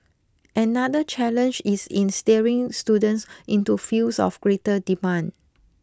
another challenge is in steering students into fields of greater demand